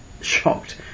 shocked